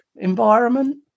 environment